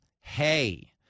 Hey